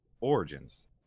Origins